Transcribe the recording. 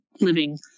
living